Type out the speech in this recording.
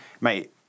mate